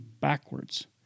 backwards